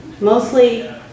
Mostly